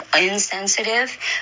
insensitive